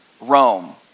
Rome